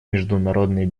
международной